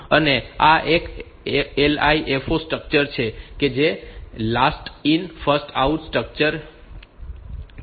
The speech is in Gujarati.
અને આ એક LIFO સ્ટ્રક્ચર છે જે last in first out structure છે